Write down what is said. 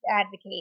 advocate